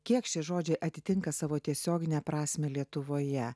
kiek šie žodžiai atitinka savo tiesiogine prasme lietuvoje